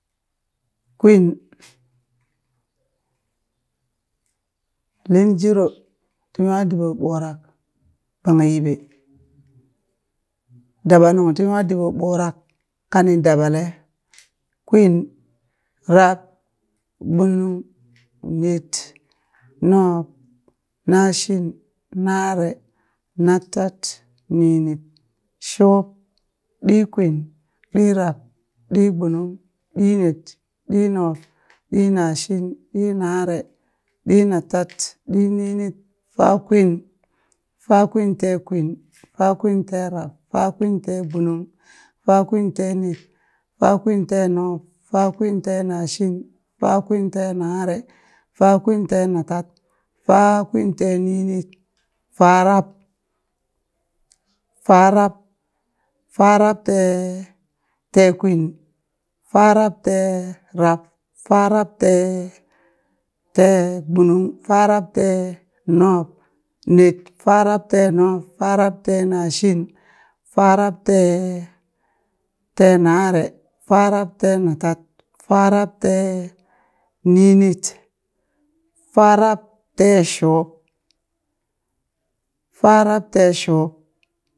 ta kwin lin jero ti nwa diɓo ɓurak bang yiɓe, daba nung ti nwa diɓo burak kaning dabale, kwin, rab, gbunung, net, nub, nashin, nare, natat, ninit, shub, ɗikwin, ɗirab, ɗigbunung, ɗinet, ɗinub ɗinashin, ɗinare, ɗinatat, ɗininit, fakwin, fakwinteekwin, fakwinteerab, fakwinteegbunung, fakwinteenet, fakwinteenub, fakwinteenashin, fakwinteenare, fakwinteenatad, fakwinteeninit farab, farab, farabtee teekwin, farabteerab. farab te tegbunung, farabteenub net, farabteenub, farabteenashin, farabtee teenare, farabteenatad, farabteeninit, farabteeshub farabteeshub